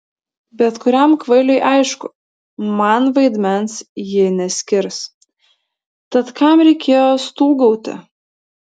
bet kuriam kvailiui aišku man vaidmens ji neskirs tad kam reikėjo stūgauti